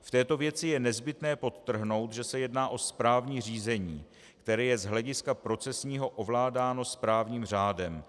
V této věci je nezbytné podtrhnout, že se jedná o správní řízení, které je z hlediska procesního ovládáno správním řádem.